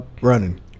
running